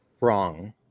Wrong